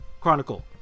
Chronicle